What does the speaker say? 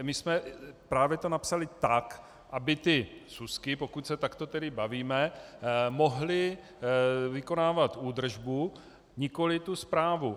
My jsme to právě napsali tak, aby ty súsky, pokud se tedy takto bavíme, mohly vykonávat údržbu, nikoli tu správu.